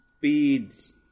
Beads